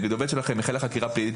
נגד עובד שלכם החלה חקירה פלילית